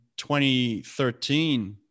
2013